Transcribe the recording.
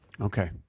Okay